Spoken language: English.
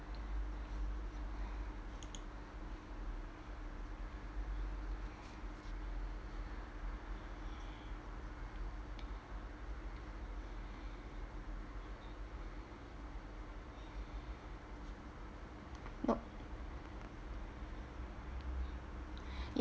oh